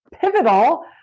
pivotal